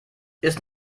ist